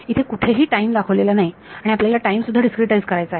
इथे कुठेही टाईम दाखवलेला नाही आणि आपल्याला टाईम सुद्धा डिस्क्रीटाइझ करायचा आहे